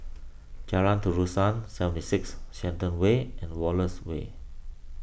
Jalan Terusan seven six Shenton Way and Wallace Way